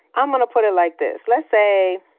i'm gonna put it like this. let's say